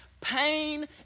pain